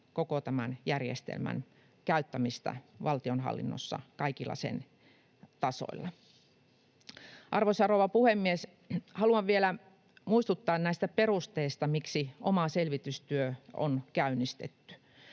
koko tämän järjestelmän käyttämistä valtionhallinnossa kaikilla sen tasoilla. Arvoisa rouva puhemies! Haluan vielä muistuttaa näistä perusteista, miksi oma selvitystyö on käynnistetty.